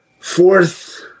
Fourth